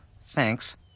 thanks